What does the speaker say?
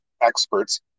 experts